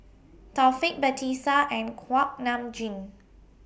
Taufik Batisah and Kuak Nam Jin